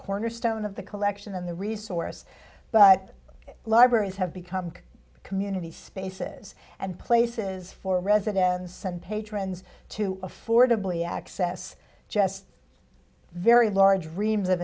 cornerstone of the collection and the resource but libraries have become community spaces and places for residencies and patrons to affordably access just very large reams of